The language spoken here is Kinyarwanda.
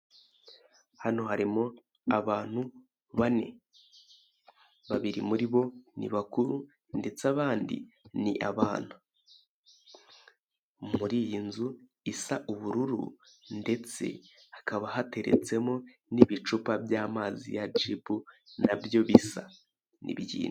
Hano harimo abantu bane, babiri muri bo ni bakuru ndetse abandi ni abana. Muri iyi nzu isa ubururu ndetse hakaba hateretsemo n'ibicupa by'amazi ya jibu na byo bisa